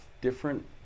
different